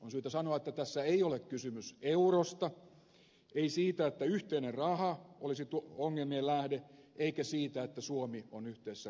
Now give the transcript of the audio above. on syytä sanoa että tässä ei ole kysymys eurosta ei siitä että ongelmien lähde olisi yhteinen raha tai se että suomi on yhteisessä rahassa mukana